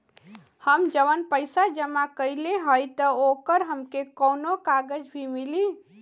हम जवन पैसा जमा कइले हई त ओकर हमके कौनो कागज भी मिली?